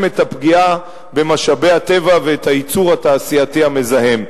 את הפגיעה במשאבי הטבע ואת הייצור התעשייתי המזהם.